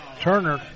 Turner